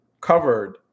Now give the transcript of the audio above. covered